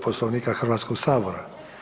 Poslovnika Hrvatskog sabora.